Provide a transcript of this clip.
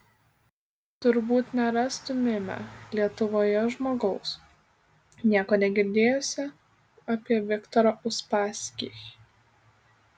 turbūt nerastumėme lietuvoje žmogaus nieko negirdėjusio apie viktorą uspaskich